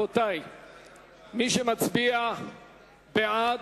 מי שמצביע בעד,